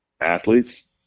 athletes